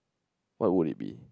what would it be